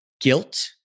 guilt